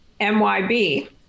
MYB